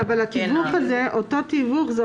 התיווך הזה הוא אותו לימוד,